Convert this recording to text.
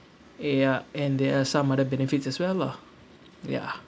ya and there are some other benefits as well lah ya